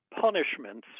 punishments